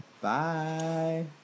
Bye